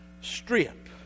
Strip